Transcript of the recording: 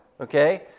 Okay